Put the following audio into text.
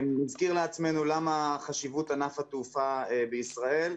נזכיר לעצמנו את חשיבות ענף התעופה בישראל.